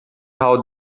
how